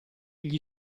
gli